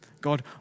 God